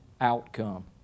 outcome